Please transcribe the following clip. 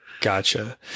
Gotcha